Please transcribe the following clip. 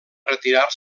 retirar